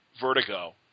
Vertigo